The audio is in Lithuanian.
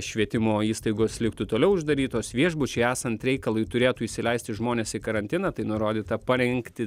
švietimo įstaigos liktų toliau uždarytos viešbučiai esant reikalui turėtų įsileisti žmones į karantiną tai nurodyta parengti